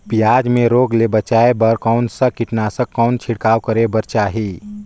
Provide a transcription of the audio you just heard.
पियाज मे रोग ले बचाय बार कौन सा कीटनाशक कौन छिड़काव करे बर चाही?